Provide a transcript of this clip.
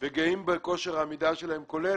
וגאים בכושר העמידה שלהם כולל